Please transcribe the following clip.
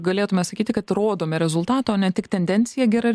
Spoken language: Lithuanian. galėtume sakyti kad rodome rezultatą o ne tik tendenciją gera